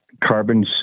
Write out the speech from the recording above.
carbon